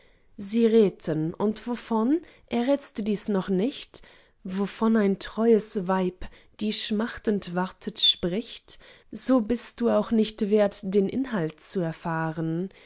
sie redten und wovon errätst du dies noch nicht wovon ein treues weib die schmachtend wartet spricht so bist du auch nicht wert den inhalt zu erfahren